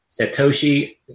Satoshi